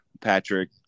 Patrick